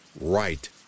right